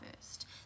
first